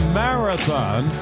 marathon